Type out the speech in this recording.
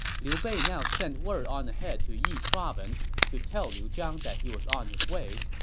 liu bei now sent word on ahead to yi province to tell liu zhang that he was on his way.